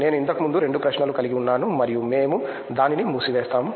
నేను ఇంతకుముందు రెండు ప్రశ్నలు కలిగి ఉన్నాను మరియు మేము దానిని మూసివేస్తాము